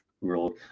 world